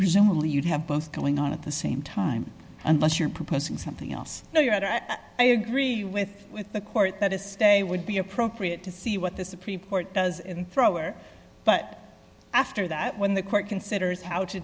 presumably you'd have both going on at the same time unless you're proposing something else i agree with with the court that a stay would be appropriate to see what the supreme court does in thrower but after that when the court considers how to